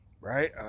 Right